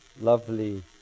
lovely